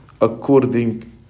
according